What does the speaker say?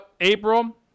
april